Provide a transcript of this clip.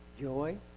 joy